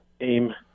aim